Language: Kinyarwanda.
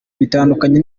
bitandukanye